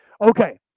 okay